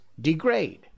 degrade